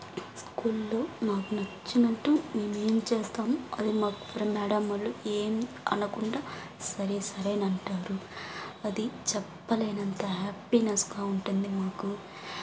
స్కూల్లో మాకు నచ్చినట్టు మేమేం చేస్తాం అది మాకు మ్యాడమ్స్ వాళ్లు ఏం అనకుండా సరే సరేనంటారు అది చెప్పలేనంత హ్యాపీనెస్గా ఉంటుంది మాకు